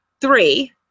three